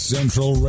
Central